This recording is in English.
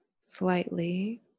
slightly